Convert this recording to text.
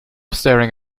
staring